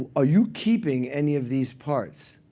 ah you keeping any of these parts?